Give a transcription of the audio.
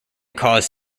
cause